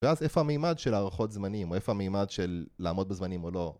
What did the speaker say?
‫ואז איפה המימד של הערכות זמנים, ‫איפה המימד של לעמוד בזמנים או לא?